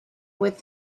with